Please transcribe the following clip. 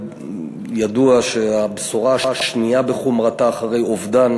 ידוע שהבשורה השנייה בחומרתה אחרי אובדן